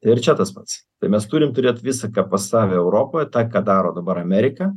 ir čia tas pats tai mes turim turėt visa ką pas save europoje tą ką daro dabar amerika